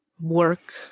work